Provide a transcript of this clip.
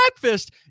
breakfast